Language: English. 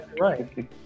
right